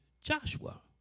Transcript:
Joshua